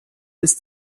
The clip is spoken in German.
ist